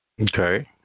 okay